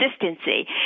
consistency